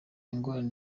ingorane